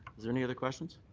is there any other questions?